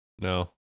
No